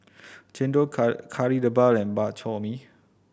chendol Kari Debal and Bak Chor Mee